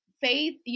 faith